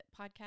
podcast